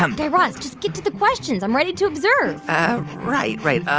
um guy raz, just get to the questions. i'm ready to observe right, right.